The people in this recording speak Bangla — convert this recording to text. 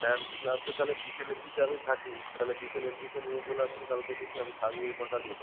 ডান্স ক্লাসে তাহলে বিকেলের দিকে আমি থাকি তাহলে বিকেলের দিকে নিয়ে চলে আসুন কালকে থেকে আমি থাকব এ কটা দিন